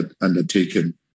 undertaken